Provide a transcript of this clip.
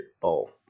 Bowl